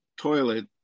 toilet